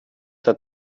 der